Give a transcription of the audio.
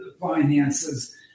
finances